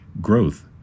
growth